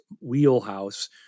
wheelhouse